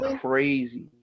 Crazy